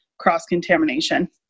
cross-contamination